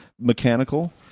mechanical